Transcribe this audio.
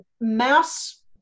mass